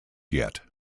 yet